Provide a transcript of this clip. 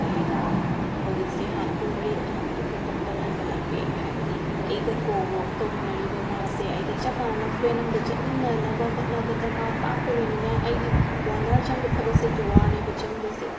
ꯀꯩꯍꯥꯏꯇꯥꯅꯤ ꯍꯧꯖꯤꯛꯁꯦ ꯍꯥꯟꯅ ꯄꯨꯡ ꯃꯔꯤꯗ ꯍꯜꯂꯝꯕꯗꯣ ꯄꯨꯡ ꯇꯔꯨꯛꯇꯒ ꯍꯟꯒꯠꯂꯛꯄꯤ ꯍꯥꯏꯕꯗꯤ ꯑꯩꯒ ꯀꯣ ꯋꯛ ꯇꯧꯃꯤꯟꯅꯔꯤꯕ ꯃꯥꯁꯦ ꯑꯩꯒ ꯆꯞ ꯃꯥꯟꯅꯅ ꯐ꯭ꯂꯨꯋꯦꯟ ꯑꯝꯗ ꯆꯠꯃꯤꯟꯅꯅꯕ ꯍꯣꯠꯅꯕꯗ ꯃꯥ ꯇꯥꯛꯇꯣꯔꯤꯅꯤꯅ ꯑꯩꯒꯤ ꯋꯥꯟ ꯑꯥꯔ ꯆꯪꯕ ꯊꯕꯛꯁꯦ ꯇꯨ ꯑꯥꯔꯅꯦꯕ ꯆꯪꯗꯣꯏꯁꯦ